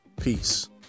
peace